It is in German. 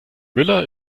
müller